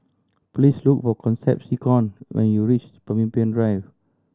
please look for Concepcion when you reach Pemimpin Drive